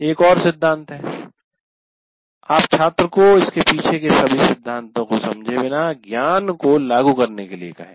एक और सिद्धांत है आप छात्र को इसके पीछे के सभी सिद्धांतों को समझे बिना ज्ञान को लागू करने के लिए कहें